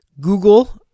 Google